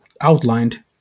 outlined